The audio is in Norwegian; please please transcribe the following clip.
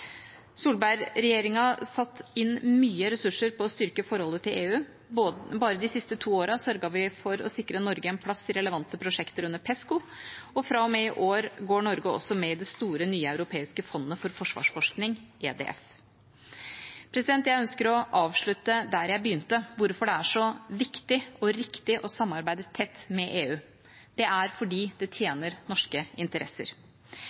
inn mye ressurser på å styrke forholdet til EU. Bare de siste to årene sørget vi for å sikre Norge en plass i relevante prosjekter under PESCO, og fra og med i år går Norge også med i det store nye europeiske fondet for forsvarsforskning, EDF. Jeg ønsker å avslutte der jeg begynte, med hvorfor det er så viktig og riktig å samarbeide tett med EU. Det er fordi det tjener norske interesser.